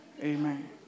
Amen